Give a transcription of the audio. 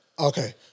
Okay